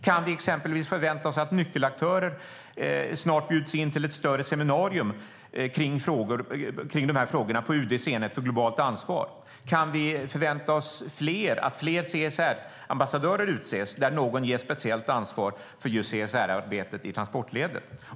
Kan vi exempelvis förvänta oss att nyckelaktörer snart bjuds in till ett större seminarium kring dessa frågor på UD:s enhet för globalt ansvar? Kan vi förvänta oss att fler CSR-ambassadörer utses, där någon ges speciellt ansvar för just CSR-arbetet i transportledet?